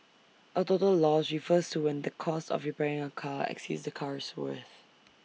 A total loss refers to when the cost of repairing A car exceeds the car's worth